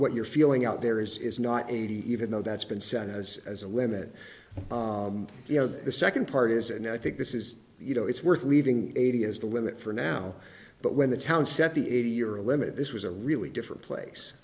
what you're feeling out there is not eighty even though that's been sent as as a limit you know the second part is and i think this is you know it's worth leaving eighty is the limit for now but when the town set the eighty year a limit this was a really different place